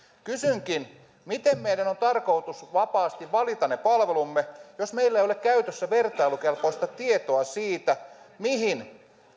kysynkin miten meidän on tarkoitus vapaasti valita ne palvelumme jos meillä ei ole käytössä vertailukelpoista tietoa mihin